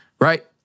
Right